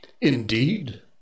Indeed